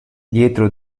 dietro